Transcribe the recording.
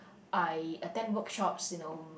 I attend workshops you know